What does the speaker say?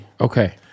Okay